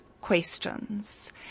questions